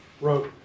wrote